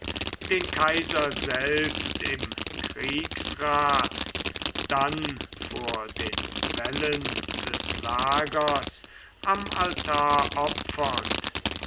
den kaiser selbst im kriegsrat dann vor den wällen des lagers am altar opfernd